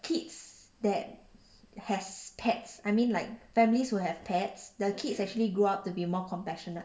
kids that has pets I mean like families will have pets the kids actually grew up to be more compassionate